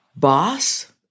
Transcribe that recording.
Boss